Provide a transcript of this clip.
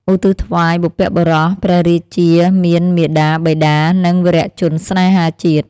ឧទ្ទិសថ្វាយបុព្វបុរស ព្រះរាជាមានមាតា បិតា និងវីរជនស្នេហាជាតិ។